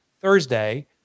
Thursday